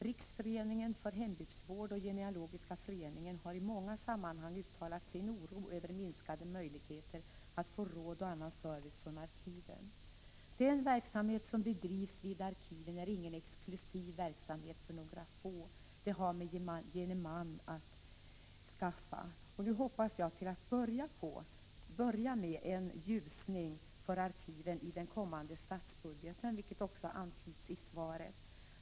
Riksföreningen för hembygdsvård och Genealogiska föreningen har i många sammanhang uttalat oro över minskade möjligheter att få råd och annan service från arkiven. Det arbete som bedrivs vid arkiven är ingen exklusiv verksamhet för några få, det har med gemene man att skaffa. Jag hoppas till att börja med på en ljusning för arkiven i den kommande statsbudgeten — som också antyds i svaret.